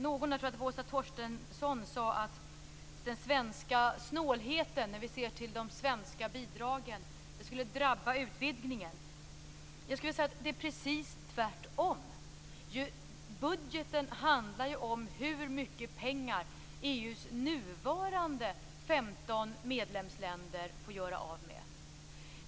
Någon, jag tror att det var Åsa Torstensson, sade att den svenska snålheten i fråga om de svenska bidragen skulle drabba utvidgningen. Jag skulle vilja säga att det är precis tvärtom. Budgeten handlar ju om hur mycket pengar EU:s nuvarande 15 medlemsländer får göra av med.